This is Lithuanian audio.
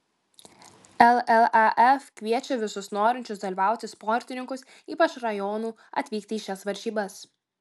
llaf kviečia visus norinčius dalyvauti sportininkus ypač rajonų atvykti į šias varžybas